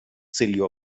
целью